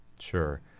sure